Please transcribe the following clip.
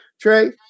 Trey